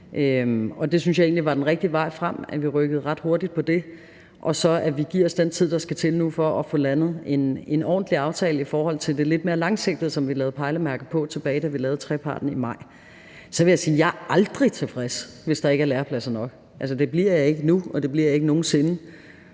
det var den rigtige vej frem, at vi ret hurtigt rykkede på det, og at vi så nu giver os den tid, der skal til for at få landet en ordentlig aftale i forhold til det lidt mere langsigtede, som vi, da vi lavede trepartsaftalen tilbage i maj, lavede pejlemærker for. Så vil jeg sige, at jeg er aldrig tilfreds, hvis der ikke er lærepladser nok. Det er jeg ikke nu, og det bliver jeg aldrig nogen sinde.